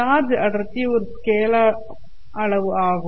charge அடர்த்தி ஒருஸ்கேலார் அளவு ஆகும்